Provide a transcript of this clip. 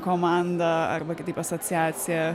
komanda arba kitaip asociacija